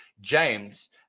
James